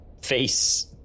face